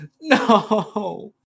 No